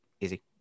easy